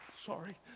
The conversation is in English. Sorry